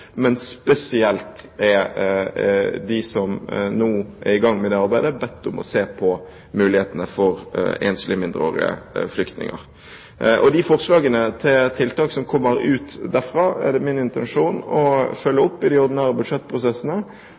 men spesielt er de som nå er i gang med det arbeidet, bedt om å se på mulighetene for enslige mindreårige flyktninger. De forslag til tiltak som kommer derfra, er det min intensjon å følge opp i de ordinære budsjettprosessene